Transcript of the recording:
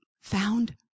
found